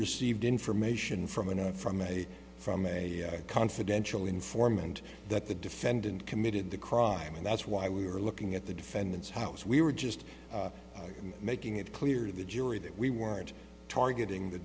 received information from an a from a from a confidential informant that the defendant committed the crime and that's why we are looking at the defendant's house we were just making it clear to the jury that we weren't targeting the